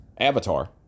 avatar